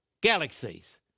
galaxies